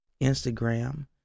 Instagram